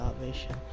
salvation